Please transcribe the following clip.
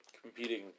competing